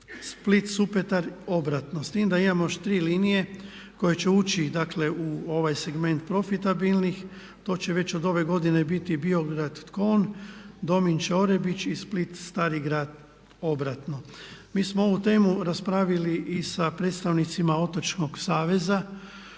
Split-Supetar obratno. S time da imamo još tri linije koje će ući dakle u ovaj segment profitabilnih. To će već od ove godine biti Biograd-Tkon, Dominče-Orebić i Split-Stari Grad, obratno. Mi smo ovu temu raspravili i sa predstavnicima Otočnog saveza